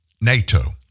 NATO